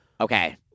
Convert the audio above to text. Okay